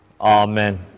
Amen